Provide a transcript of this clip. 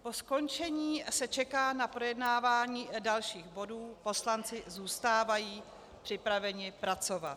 Po skončení se čeká na projednávání dalších bodů, poslanci zůstávají připraveni pracovat.